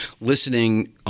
listening